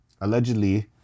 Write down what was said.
Allegedly